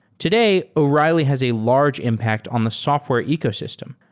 today, o'reilly has a large impact on the software ecosystem.